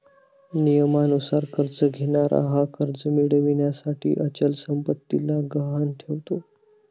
नियमानुसार कर्ज घेणारा हा कर्ज मिळविण्यासाठी अचल संपत्तीला गहाण ठेवतो